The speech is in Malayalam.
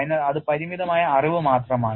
അതിനാൽ അത് പരിമിതമായ അറിവ് മാത്രമാണ്